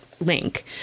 Link